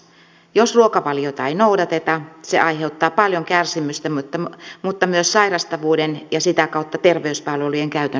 jos ruokavaliota ei noudateta se aiheuttaa paljon kärsimystä mutta myös sairastavuuden ja sitä kautta terveyspalveluiden käytön lisääntymistä